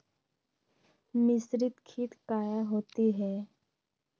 मिसरीत खित काया होती है?